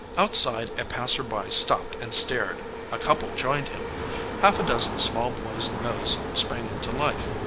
outside a passer-by stopped and stared a couple joined him half a dozen small boys' nose sprang into life,